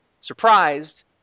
Surprised